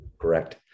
Correct